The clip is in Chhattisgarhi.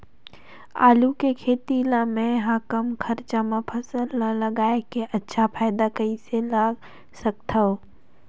आलू के खेती ला मै ह कम खरचा मा फसल ला लगई के अच्छा फायदा कइसे ला सकथव?